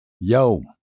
Yo